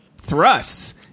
thrusts